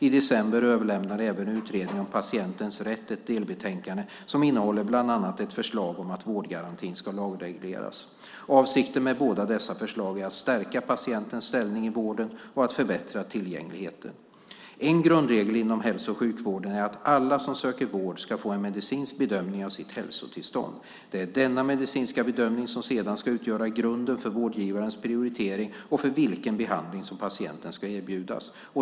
I december överlämnade även utredningen om patientens rätt ett delbetänkande som innehåller bland annat ett förslag om att lagreglera vårdgarantin. Avsikten med båda dessa förslag är att stärka patientens ställning i vården och att förbättra tillgängligheten. En grundregel inom hälso och sjukvården är att alla som söker vård ska få en medicinsk bedömning av sitt hälsotillstånd. Det är denna medicinska bedömning som sedan ska utgöra grunden för vårdgivarens prioritering och för vilken behandling patienten ska erbjudas.